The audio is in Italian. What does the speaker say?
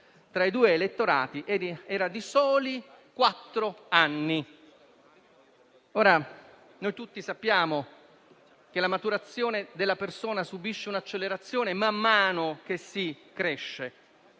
tra i due elettorati era di soli quattro anni. Tutti sappiamo che la maturazione della persona subisce un'accelerazione man mano che si cresce: